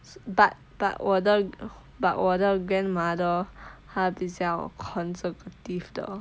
but but 我的 but 我的 grandmother 她比较 conservative 的